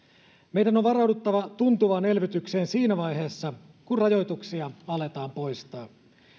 meidän on varauduttava tuntuvaan elvytykseen siinä vaiheessa kun rajoituksia aletaan poistaa